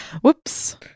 Whoops